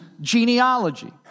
genealogy